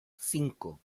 cinco